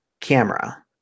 camera